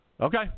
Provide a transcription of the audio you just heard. Okay